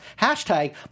Hashtag